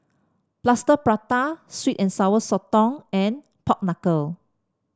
Plaster Prata sweet and Sour Sotong and Pork Knuckle